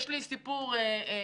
אני מכירה סיפור אישי,